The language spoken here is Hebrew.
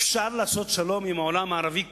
אפשר לעשות שלום עם העולם הערבי כולו.